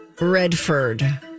Redford